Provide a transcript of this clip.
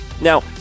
now